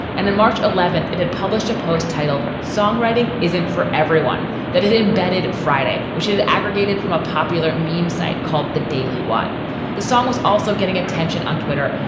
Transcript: and in march eleventh it had published a post titled songwriting isn't for everyone that it embedded friday, which is aggregated from a popular meme site called the daily what the song was. also getting attention on twitter,